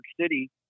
city